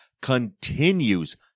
continues